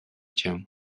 cię